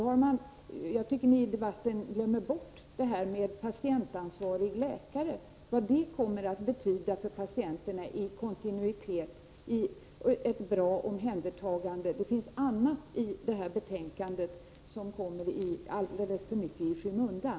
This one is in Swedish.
Jag tycker att ni i debatten glömmer detta med en patientansvarig läkare och vad denne kan betyda för patienterna i fråga om kontinuitet och ett bra omhändertagande. Det finns annat i betänkandet som kommer alldeles för mycket i skymundan.